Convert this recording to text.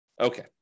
Okay